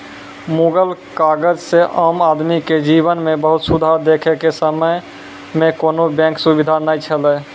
मुगल काजह से आम आदमी के जिवन मे बहुत सुधार देखे के समय मे कोनो बेंक सुबिधा नै छैले